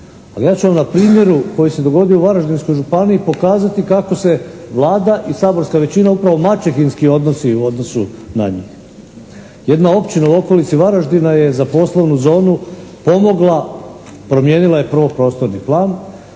ja ću vam na primjeru koji se dogodio u Varaždinskoj županiji pokazati kako se Vlada i saborska većina upravo maćehinski odnosi u odnosu na njih. Jedna općina u okolici Varaždina je za poslovnu zonu pomgla, promijenila je prvo prostorni plan.